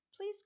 please